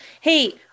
hey